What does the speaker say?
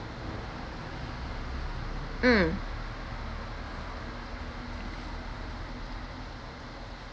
mm